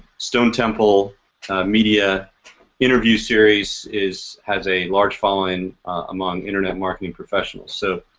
stone temple media interview series is. has a large following among internet marketing professionals, so